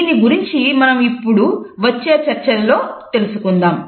దీని గురించి మనం ఇప్పుడు వచ్చే చర్చలలో తెలుసుకుందాం